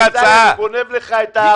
בצלאל, הוא גונב לך את המצביעים.